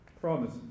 promise